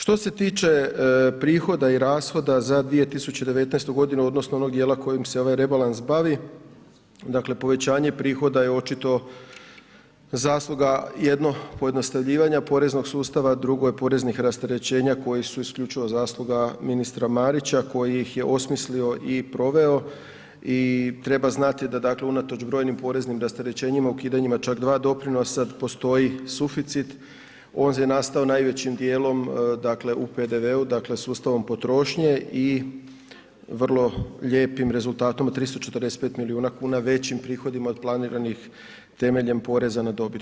Što se tiče prihoda i rashoda za 2019.g. odnosno onog djela kojim se ovaj rebalans bavi, dakle povećanje prihoda je očito zasluga jedno, pojednostavljivanja poreznog sustava, drugo je poreznih rasterećenja koji su isključivo zasluga ministra Marića koji ih je osmislio i proveo i treba znati da dakle unatoč brojnim poreznim rasterećenjima ukidanjima čak dva doprinosa postoji suficit, on je nastao najvećim dijelom dakle u PDV-u, dakle sustavom potrošnje i vrlo lijepim rezultatom od 345 milijuna kuna većim prihodima od planiranih temeljem poreza na dobit.